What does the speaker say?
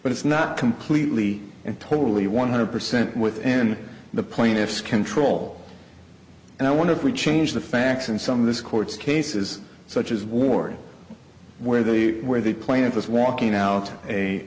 but it's not completely and totally one hundred percent within the plaintiff's control and i wonder if we change the facts and some of this court's cases such as ward where the where the plaintiffs walking out a